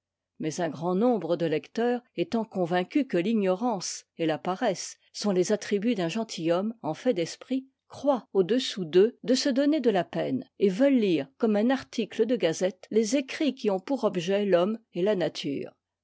mais un grand nombre de lecteurs étant convaincus que l'ignorance et la paresse sont les attributs d'un gentilhomme en fait d'esprit croient au-dessous d'eux de se donner de la peine et veulent lire comme un article de gazette les écrits qui ont pour objet l'homme et la nature